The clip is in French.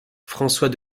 françois